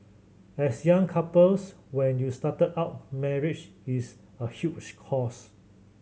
as young couples when you started out marriage is a huge cost